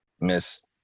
miss